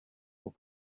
aux